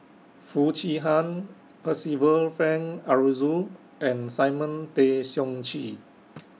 Foo Chee Han Percival Frank Aroozoo and Simon Tay Seong Chee